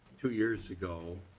two years ago